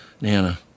Nana